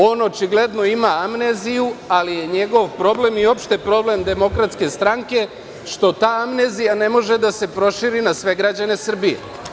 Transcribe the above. On očigledno ima amneziju, ali je njegov problem i uopšte problem DS što ta amnezija ne može da se proširi na sve građane Srbije.